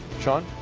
shawn